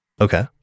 Okay